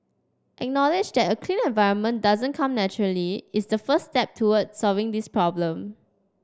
acknowledge that a clean environment doesn't come naturally is the first step toward solving this problem